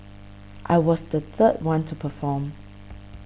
I was the third one to perform